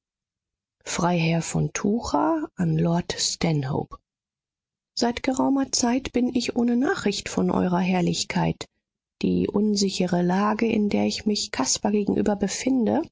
freiherr von tucher an lord stanhope seit geraumer zeit bin ich ohne nachricht von eurer herrlichkeit die unsichere lage in der ich mich caspar gegenüber befinde